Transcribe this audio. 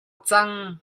cang